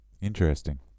Interesting